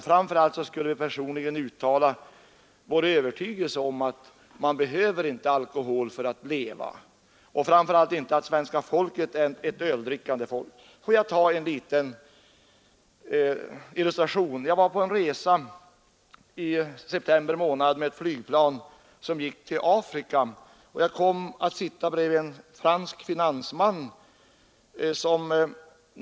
Framför allt skulle vi personligen uttala vår övertygelse om att man inte behöver alkohol för att leva och att svenska folket inte är ett öldrickande folk. Får jag ge en liten illustration? I september var jag på resa med ett flygplan som gick till Afrika, och jag kom att sitta bredvid en fransk finansman.